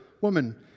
Woman